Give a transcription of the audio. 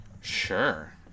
Sure